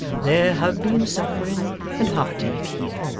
there have been suffering and heartache here